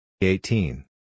Eighteen